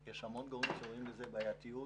יש הרבה גורמים שרואים בזה בעייתיות,